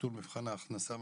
ביטול מבחן ההכנסה.